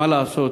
מה לעשות,